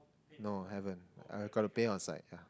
no haven't I got to pay on site yeah